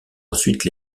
ensuite